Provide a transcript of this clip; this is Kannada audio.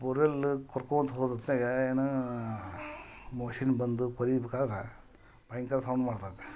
ಬೋರ್ವೆಲ್ ಕೊರ್ಕೋಂತ ಹೋದ ಹೊತ್ತಿನಾಗ ಏನು ಮುಗ್ಸಿನ ಬಂದು ಕೊರಿಬೇಕಾದ್ರೆ ಭಯಂಕರ ಸೌಂಡ್ ಮಾಡತ್ತೆ